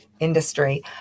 industry